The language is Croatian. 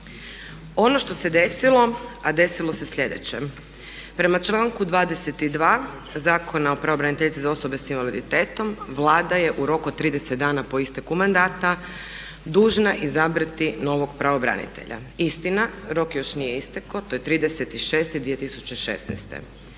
Ono što se desilo a desilo se sljedeće. Prema članku 22. Zakona o pravobraniteljici za osobe s invaliditetom Vlada je u roku od 30 dana po isteku mandata dužna izabrati novog pravobranitelja. Istina, rok još nije istekao, to je 30.6.2016.